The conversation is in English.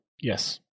yes